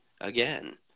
again